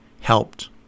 helped